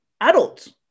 adults